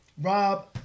Rob